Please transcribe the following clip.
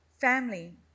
Family